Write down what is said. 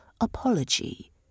apology